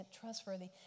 trustworthy